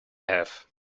have